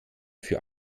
für